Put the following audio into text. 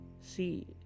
See